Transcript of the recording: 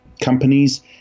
companies